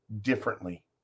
differently